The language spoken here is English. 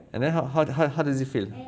and then how how how how does it feel